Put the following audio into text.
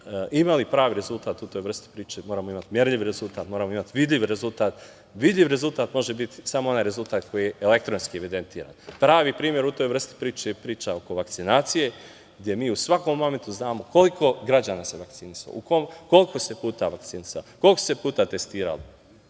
imali pravi rezultat u toj vrsti priče moramo imati merljiv rezultat, moramo imati vidljiv rezultat. Vidljiv rezultat može biti samo onaj rezultat koji je elektronski evidentiran. Pravi primer u toj vrsti priče je priča oko vakcinacije gde mi u svakom momentu znamo koliko građana se vakcinisalo, koliko se puta vakcinisalo, koliko su se puta testirali.